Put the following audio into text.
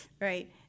Right